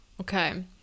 okay